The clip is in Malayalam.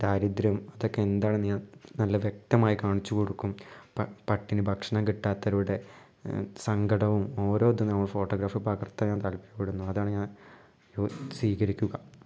ദാരിദ്ര്യം അതൊക്കെ എന്താണെന്ന് ഞാൻ നല്ല വ്യക്തമായി കാണിച്ചു കൊടുക്കും പട്ടിണി ഭക്ഷണം കിട്ടാത്തവരുടെ സങ്കടവും ഓരോ ഇതും നമ്മള് ഫോട്ടോഗ്രഫിയിൽ പകർത്താൻ ഞാൻ താല്പര്യപ്പെടുന്നു അതാണ് ഞാൻ സ്വീകരിക്കുക